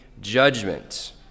judgment